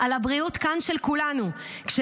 בבריאות של כולנו כאן.